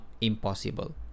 impossible